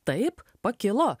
taip pakilo